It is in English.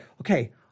okay